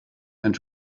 and